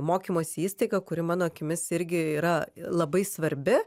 mokymosi įstaigą kuri mano akimis irgi yra labai svarbi